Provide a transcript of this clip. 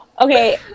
okay